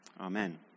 Amen